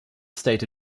state